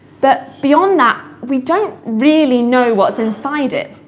but beyond that, we don't really know what's inside it.